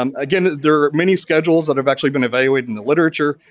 um again, there are many schedules that have actually been evaluated in the literature,